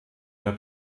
der